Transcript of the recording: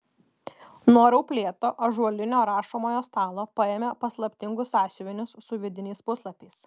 nuo rauplėto ąžuolinio rašomojo stalo paėmė paslaptingus sąsiuvinius su vidiniais puslapiais